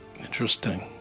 Interesting